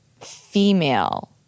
female